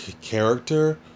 character